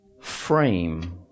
frame